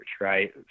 right